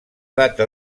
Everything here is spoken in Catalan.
data